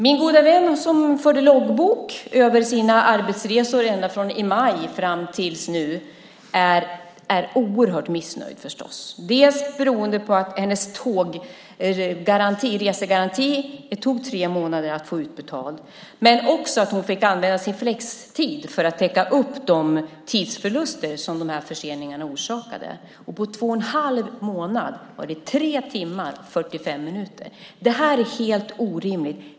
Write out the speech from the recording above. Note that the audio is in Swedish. Min goda vän som förde loggbok över sina arbetsresor från maj fram till nu är förstås oerhört missnöjd, dels för att det tog tre månader för henne att få ersättningen från resegarantin utbetald, dels för att hon fick använda sin flextid för att täcka de tidsförluster som förseningarna orsakade. På två och en halv månad var det 3 timmar och 45 minuter. Det här är helt orimligt.